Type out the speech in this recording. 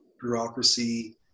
bureaucracy